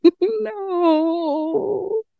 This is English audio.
No